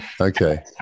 okay